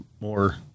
more